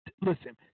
listen